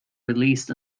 released